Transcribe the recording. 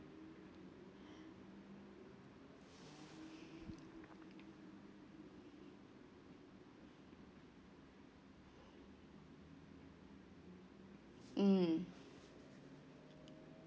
mm